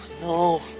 No